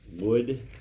wood